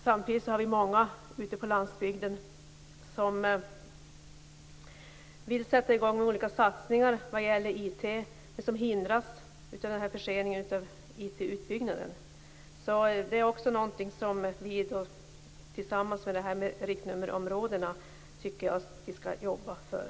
Samtidigt är det många ute på landsbygden som vill sätta i gång olika satsningar när det gäller IT men som hindras av förseningen av IT utbyggnaden. Detta och riktnummerområdena är något som vi tycker att man skall ta itu med.